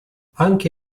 anche